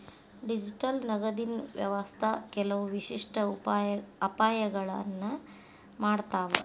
digital ನಗದಿನ್ ವ್ಯವಸ್ಥಾ ಕೆಲವು ವಿಶಿಷ್ಟ ಅಪಾಯಗಳನ್ನ ಮಾಡತಾವ